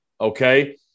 okay